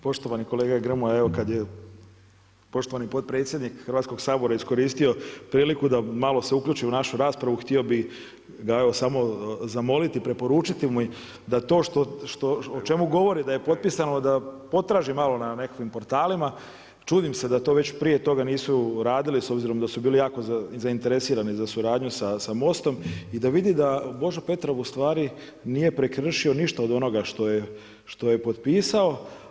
Poštovani kolega Grmoja, evo kad je poštovani potpredsjednik Hrvatskog sabora iskoristio priliku da malo se uključi u našu raspravu htio bih ga samo zamoliti i preporučiti da to o čemu govori da je potpisano, da potraži malo na nekakvim portalima, čudim se da to već prije toga nisu radili s obzirom da su bili jako zainteresirani za suradnju sa Mostom, i da vidi da Božo Petrov ustvari nije prekršio ništa od onoga što je potpisao.